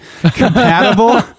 compatible